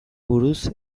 buruz